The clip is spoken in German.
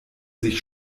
sich